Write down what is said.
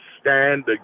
stand